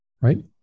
Right